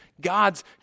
God's